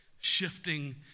shifting